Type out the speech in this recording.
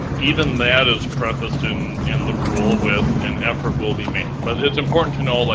even that is prefaced in and the rule with an effort will be made. but it's important to know, like,